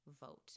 vote